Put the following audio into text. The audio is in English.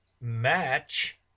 match